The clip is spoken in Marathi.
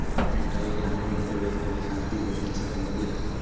मेंढरा ही ग्रामीण अर्थ व्यवस्था आणि सामाजिक रचनेशी संबंधित आसतत